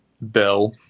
Bell